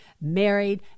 married